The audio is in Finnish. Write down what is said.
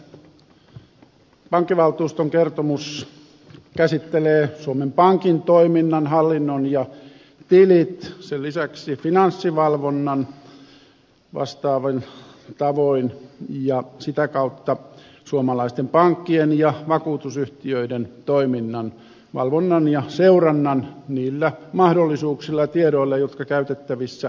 pankkivaltuuston kertomus käsittelee suomen pankin toiminnan hallinnon ja tilit sen lisäksi finanssivalvonnan vastaavin tavoin ja sitä kautta suomalaisten pankkien ja vakuutusyhtiöiden toiminnan valvonnan ja seurannan niillä mahdollisuuksilla ja tiedoilla jotka käytettävissä on